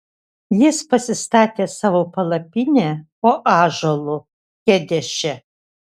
jis pasistatė savo palapinę po ąžuolu kedeše